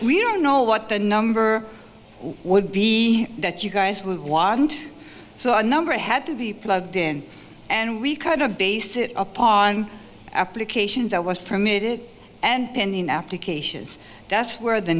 we don't know what the number would be that you guys would walk and so our number had to be plugged in and we kind of based upon applications i was permitted and pending applications that's where the